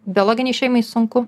biologinei šeimai sunku